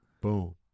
Boom